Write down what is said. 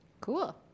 Cool